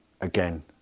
again